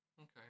okay